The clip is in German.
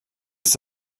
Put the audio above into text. ist